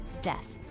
death